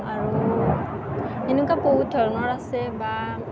আৰু এনেকুৱা বহুত ধৰণৰ আছে বা